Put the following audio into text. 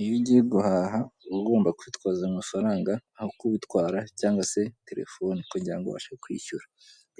Iyo ugiye guhaha uba ugomba kwitaza amafaranga aho kubitwara cyangwa se telefone kugirango ubashe kwishyura,